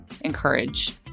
encourage